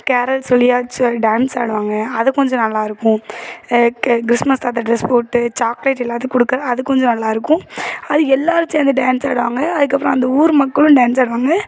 Carol சொல்லியாச்சு ஒரு dance ஆடுவாங்க அத கொஞ்சம் நல்லா இருக்கும் க கிறிஸ்மஸ் தாத்தா ட்ரெஸ் போட்டு சாக்லேட் எல்லாத்துக்கும் கொடுக்க அது கொஞ்சம் நல்லா இருக்கும் அது எல்லாரும் சேர்ந்து டான்ஸ் ஆடுவாங்க அதுக்கப்புறம் அந்த ஊர் மக்களும் டான்ஸ் ஆடுவாங்க